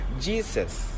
jesus